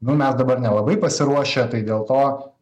nu mes dabar nelabai pasiruošę tai dėl to